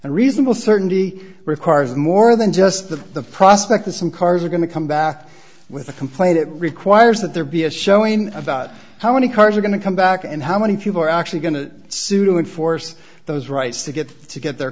and reasonable certainty requires more than just the prospect that some cars are going to come back with a complaint it requires that there be a showing about how many cars are going to come back and how many people are actually going to sue to enforce those rights to get to get their